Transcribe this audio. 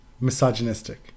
misogynistic